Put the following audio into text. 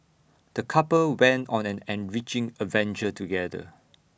the couple went on an enriching adventure together